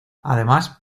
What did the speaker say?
además